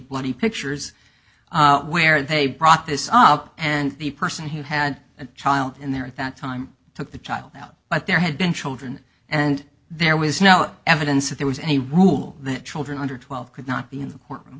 bloody pictures where they brought this up and the person who had a child in there at that time took the child out but there had been children and there was no evidence that there was a rule that children under twelve could not be in the courtroom